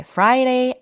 Friday